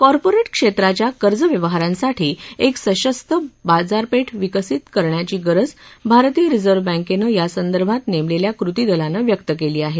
corporate क्षेत्राच्या कर्जव्यवहरासाठी एक सशक्त बाजारपेठ विकसित करण्याची गरज भारतीय रिझर्व्ह बँकेनं यासंदर्भात नेमलेल्या कृती दलानं व्यक्त केली आहे